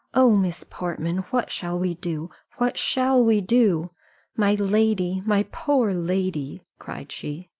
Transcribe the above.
oh, miss portman, what shall we do? what shall we do my lady! my poor lady! cried she.